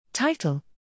Title